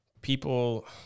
people